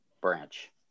branch